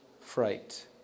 fright